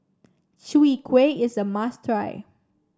Chwee Kueh is a must try